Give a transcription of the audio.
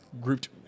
grouped